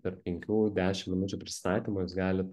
per penkių dešim minučių prisistatymą jūs galit